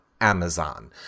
Amazon